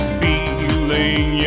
feeling